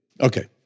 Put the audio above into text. okay